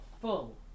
full